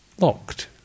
locked